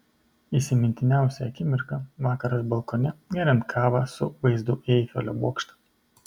įsimintiniausia akimirka vakaras balkone geriant kavą su vaizdu į eifelio bokštą